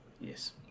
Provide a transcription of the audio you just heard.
Yes